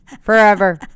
forever